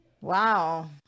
Wow